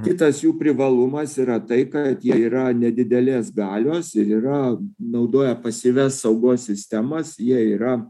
kitas jų privalumas yra tai kad jie yra nedidelės galios ir yra naudoja pasyvias saugos sistemas jie yra